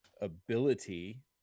ability